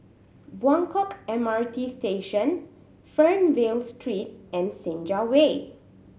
Buangkok M R T Station Fernvale Street and Senja Way